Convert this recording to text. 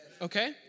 Okay